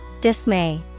Dismay